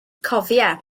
cofia